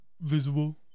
visible